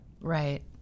right